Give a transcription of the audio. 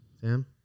Sam